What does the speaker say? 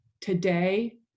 today